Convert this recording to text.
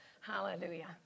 Hallelujah